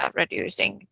reducing